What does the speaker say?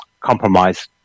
compromise